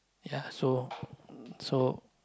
ya so so